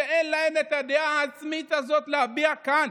ואין להם את הדעה העצמית הזאת להביע כאן,